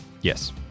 Yes